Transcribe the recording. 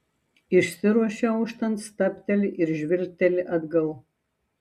išsiruošia auštant stabteli ir žvilgteli atgal